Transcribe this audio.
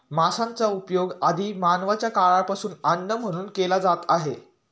मांसाचा उपयोग आदि मानवाच्या काळापासून अन्न म्हणून केला जात आहे